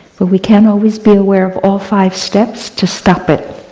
but we can always be aware of all five steps to stop it.